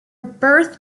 birth